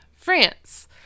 France